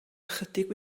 ychydig